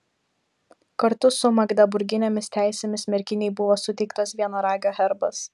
kartu su magdeburginėmis teisėmis merkinei buvo suteiktas vienaragio herbas